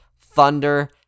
Thunder